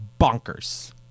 bonkers